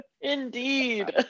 Indeed